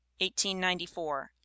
1894